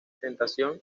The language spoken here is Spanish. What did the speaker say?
tentación